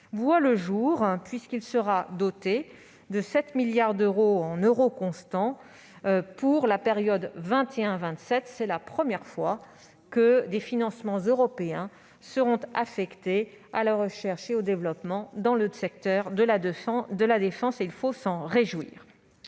voie le jour. Il sera doté de 7 milliards d'euros constants pour la période 2021-2027. C'est la première fois que des financements européens seront affectés à la recherche et au développement dans le secteur de la défense. Notre devoir